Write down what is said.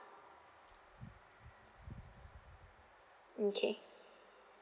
okay